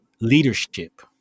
leadership